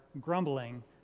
grumbling